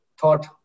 thought